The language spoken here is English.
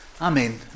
Amen